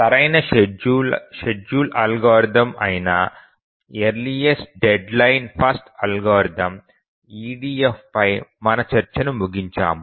సరైన schedule algorithm అయిన earliest deadline first algorithm EDF పై మన చర్చను ముగించాము